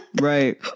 Right